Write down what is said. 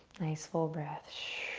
nice full breath.